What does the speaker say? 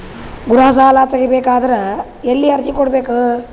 ಗೃಹ ಸಾಲಾ ತಗಿ ಬೇಕಾದರ ಎಲ್ಲಿ ಅರ್ಜಿ ಕೊಡಬೇಕು?